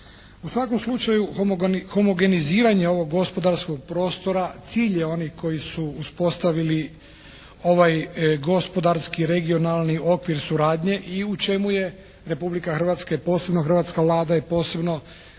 U svakom slučaju homogeniziranje ovog gospodarskog prostora cilj je onih koji su uspostavili ovaj gospodarski regionalni okvir suradnje i u čemu je Republika Hrvatska i posebno hrvatska Vlada i posebno